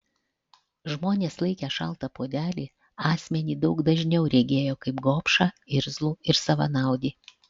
žmonės laikę šaltą puodelį asmenį daug dažniau regėjo kaip gobšą irzlų ir savanaudį